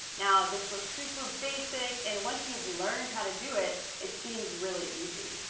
now this was super basic, and once you've learned how to do it, it seems really easy.